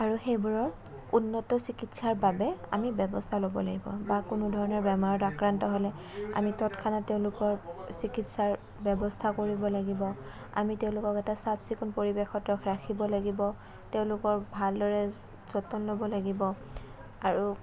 আৰু সেইবোৰৰ উন্নত চিকিৎসাৰ বাবে আমি ব্যৱস্থা ল'ব লাগিব বা কোনোধৰণৰ বেমাৰত আক্ৰান্ত হ'লে আমি তৎক্ষণাত তেওঁলোকৰ চিকিৎসাৰ ব্যৱস্থা কৰিব লাগিব আমি তেওঁলোকক এটা চাফ চিকুণ পৰিৱেশত ৰখা ৰাখিব লাগিব তেওঁলোকৰ ভালদৰে যতন ল'ব লাগিব আৰু